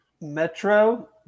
Metro